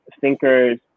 thinkers